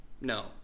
No